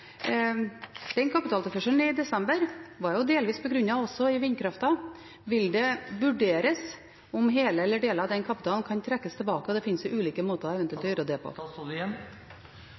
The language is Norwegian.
den kapitalen kan trekkes tilbake? Det finnes eventuelt ulike måter å gjøre det på.